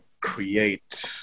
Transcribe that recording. create